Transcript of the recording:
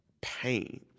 pain